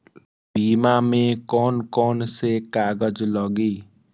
बीमा में कौन कौन से कागज लगी?